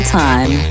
time